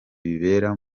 bibera